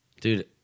Dude